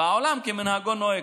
ועולם כמנהגו נוהג.